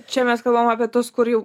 čia mes kalbam apie tuos kur jau